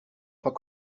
pas